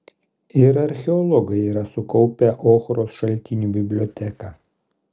ir archeologai yra sukaupę ochros šaltinių biblioteką